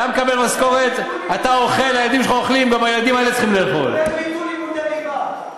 כולל ביטול לימודי ליבה.